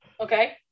Okay